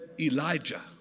Elijah